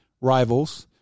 Rivals